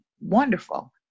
wonderful